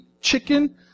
chicken